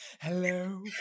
Hello